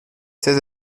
seize